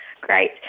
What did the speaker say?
Great